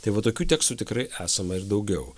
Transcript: tai va tokių tekstų tikrai esama ir daugiau